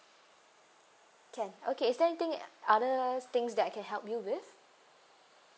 can okay is there anything other things that I can help you with